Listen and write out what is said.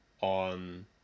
on